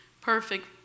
Perfect